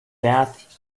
bath